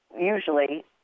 usually